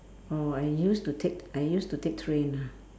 oh I used to take I used to take train ah